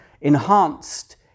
enhanced